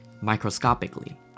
microscopically